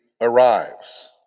arrives